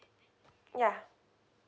ya